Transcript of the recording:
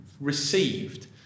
received